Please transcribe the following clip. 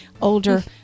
older